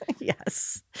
Yes